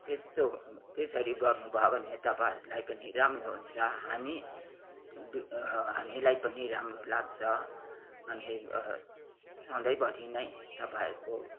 त्यस्तो त्यसरी गर्नु भयो भने तपाईँहरूलाई पनि राम्रो हुन्छ हामी हामीलाई पनि राम्रो लाग्छ अनि सँधैभरि नै तपाईँहरूको